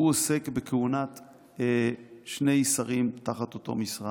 עוסק בכהונת שני שרים תחת אותו משרד.